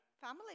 Family